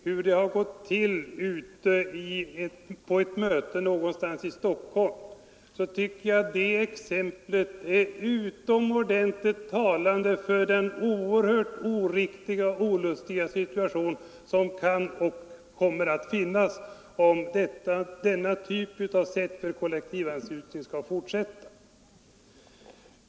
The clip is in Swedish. Det exempel som hon sedan tog från ett möte någonstans i Stockholm tycker jag är utomordentligt talande för den oerhört olustiga situation som råder med denna typ av kollektivanslutning.